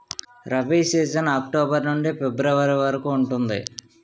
rabi season October నుండి ఫిబ్రవరి వరకు ఉంటుంది